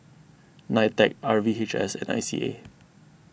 Nitec R V H S and I C A